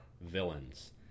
villains